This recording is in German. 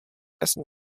essen